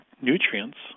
nutrients